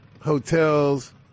hotels